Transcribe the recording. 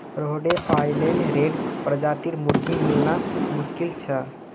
Rhode Island red प्रजातिर मुर्गी मिलना मुश्किल छ